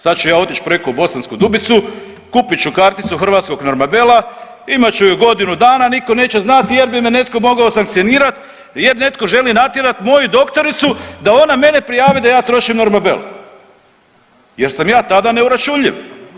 Sad ću ja otići preko u Bosansku Dubicu, kupit ću karticu hrvatskog Normabela, imat ću je godinu dana, nitko neće znati jer bi me netko mogao sankcionirati, jer netko želi natjerati moju doktoricu da ona mene prijavi da ja trošim Normabel, jer sam ja tada neuračunljiv.